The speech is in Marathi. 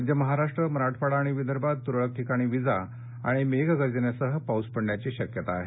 मध्य महाराष्टू मराठवाडा आणि विदर्भात तुरळक ठिकाणी विजा आणि मेघगर्जनेसह पाऊस पडण्याची शक्यता आहे